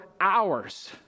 hours